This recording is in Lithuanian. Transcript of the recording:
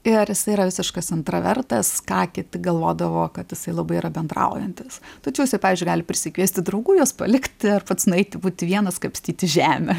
ir jisai yra visiškas intravertas ką kiti galvodavo kad jisai labai yra bendraujantis tačiau jisai pavyzdžiui gali prisikviesti draugų juos palikti ir pats nueiti būti vienas kapstyti žemę